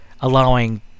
allowing